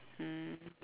mm